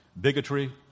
bigotry